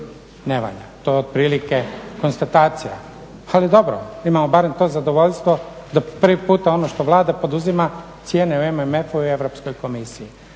ne valja. To je otprilike konstatacija. Ali dobro, imamo barem to zadovoljstvo da prvi puta ono što Vlada poduzima cijene u MMF-u i Europskoj komisiji.